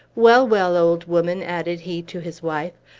well, well, old woman, added he to his wife,